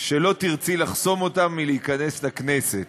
שלא תרצי לחסום אותם מלהיכנס לכנסת.